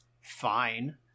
fine